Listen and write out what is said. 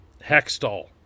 Hextall